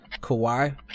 Kawhi